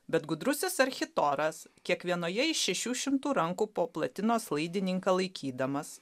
bet gudrusis architoras kiekvienoje iš šešių šimtų rankų po platinos laidininką laikydamas